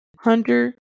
Hunter